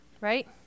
right